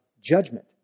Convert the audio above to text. judgment